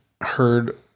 heard